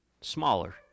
smaller